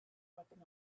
wiping